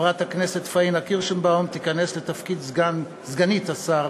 חברת הכנסת פניה קירשנבאום תיכנס לתפקיד סגנית השר